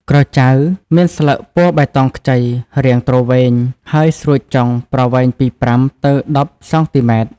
ក្រចៅ មានស្លឹកពណ៌បៃតងខ្ចី រាងទ្រវែង ហើយស្រួចចុង ប្រវែងពី ៥ ទៅ ១០ សងទីម៉ែត្រ។